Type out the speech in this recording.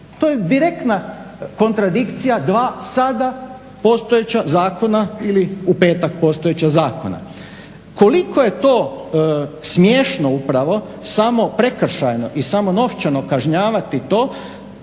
To je direktna kontradikcija dva sada postojeća zakona ili u petak postojeća zakona. Koliko je to smiješno upravo samo prekršajno i samo novčano kažnjavati to